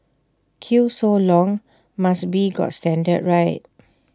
queue so long must be got standard right